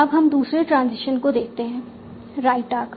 अब हम दूसरे ट्रांजिशन को देखते हैं राइट आर्क